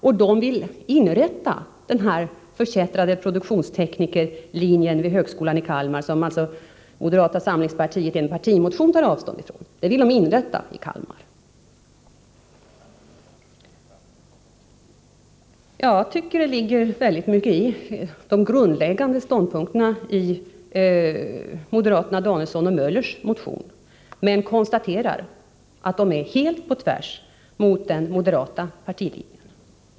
Och de vill inrätta den förkättrade produktionsteknikerlinjen vid högskolan i Kalmar, den linje som moderata samlingspartiet tar avstånd från i en partimotion. Jag tycker det ligger väldigt mycket i de grundläggande ståndpunkterna i den motion som väckts av moderaterna Danielsson och Möller, men jag konstaterar att de är helt i strid med den moderata partilinjen.